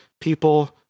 people